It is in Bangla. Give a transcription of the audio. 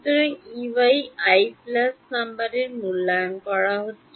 সুতরাং Ey i প্লাস নং এ মূল্যায়ন করা হচ্ছে